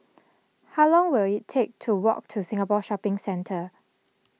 how long will it take to walk to Singapore Shopping Centre